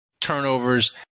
turnovers